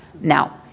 Now